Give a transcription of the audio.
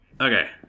Okay